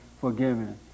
forgiven